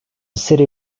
city